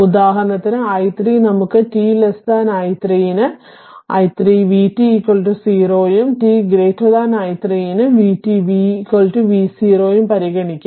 ഉദാഹരണത്തിന് i3 നമുക്ക് t i3 ന് i3 vt 0 ഉം t i3 ന് vt v0 ഉം പരിഗണിക്കാം